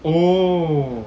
oh